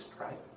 right